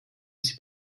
sie